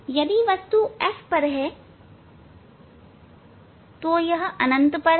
यदि वस्तु f पर है अब यह अनंत पर है